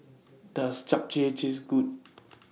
Does Japchae Taste Good